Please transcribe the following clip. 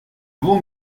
vont